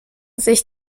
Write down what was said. sich